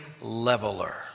leveler